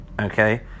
Okay